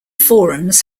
forums